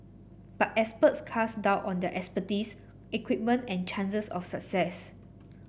but experts cast doubt on their expertise equipment and chances of success